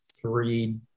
three